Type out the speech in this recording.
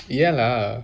ya lah